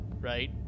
right